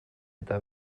eta